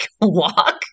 walk